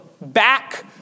back